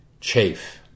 chafe